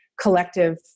collective